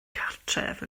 cartref